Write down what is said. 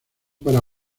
para